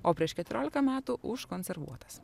o prieš keturiolika metų užkonservuotas